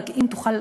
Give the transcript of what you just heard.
רק אם תוכל,